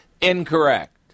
Incorrect